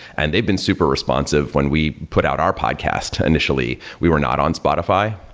and they've been super responsive when we put out our podcast. initially, we were not on spotify,